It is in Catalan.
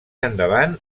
endavant